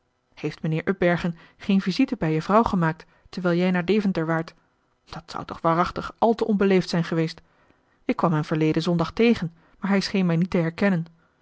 heeft mijnheer upbergen geen visite bij je vrouw gemaakt terwijl jij naar deventer waart dat zou toch waarachtig al te onbeleefd zijn geweest ik kwam hem verleden zondag tegen maar hij scheen mij niet te herkennen